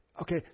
Okay